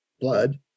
blood